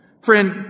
Friend